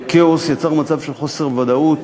כאוס, יצר מצב של חוסר ודאות,